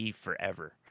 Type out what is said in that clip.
forever